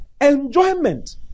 enjoyment